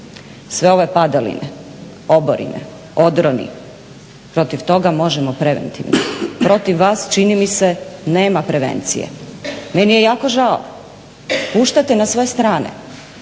sve ove padaline, oborine, odroni, protiv toga možemo preventivno. Protiv vas čini mi se nema prevencije. Meni je jako žao, puštate na sve strane,